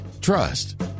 trust